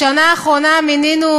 בשנה האחרונה מינינו